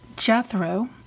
Jethro